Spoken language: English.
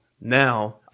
Now